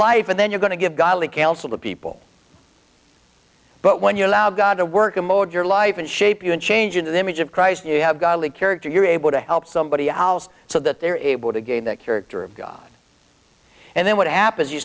life and then you're going to give godly counsel to people but when you allow god to work mode your life and shape you and change into the image of christ you have godly character you're able to help somebody house so that they're able to gain that character of god and then what happens you